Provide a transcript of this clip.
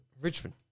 Richmond